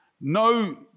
No